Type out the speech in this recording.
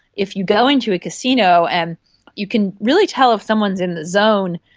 if you go into a casino, and you can really tell if someone is in the zone,